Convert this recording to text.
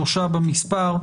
שלושה במספר,